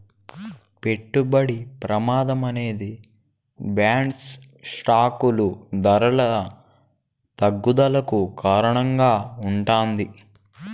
పెట్టుబడి ప్రమాదం అనేది బాండ్లు స్టాకులు ధరల తగ్గుదలకు కారణంగా ఉంటాది